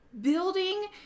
building